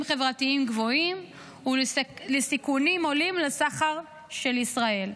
חברתיים גבוהים ולסיכונים עולים לסחר של ישראל.